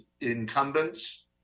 incumbents